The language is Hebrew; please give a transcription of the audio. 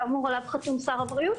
שכאמור עליו חתום שר הבריאות,